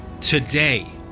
today